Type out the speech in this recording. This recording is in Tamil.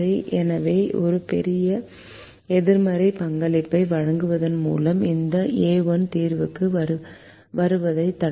எனவே ஒரு பெரிய எதிர்மறை பங்களிப்பை வழங்குவதன் மூலம் இந்த a1 தீர்வுக்கு வருவதைத் தடுப்போம்